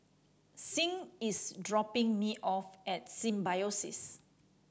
Sing is dropping me off at Symbiosis